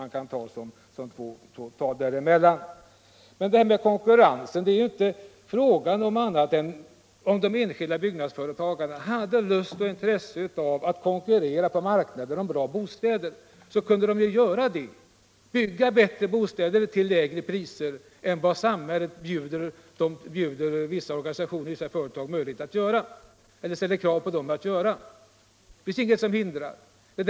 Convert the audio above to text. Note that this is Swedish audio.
Vad beträffar talet om mer konkurrens är det ju inte fråga om annat än att om de enskilda byggnadsföretagarna hade lust och intresse av att konkurrera på marknaden med bra bostäder, kunde de göra det — bygga bättre bostäder till lägre priser än vad samhället ställer krav på vissa företag att göra. Det finns inget hinder för det.